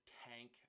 tank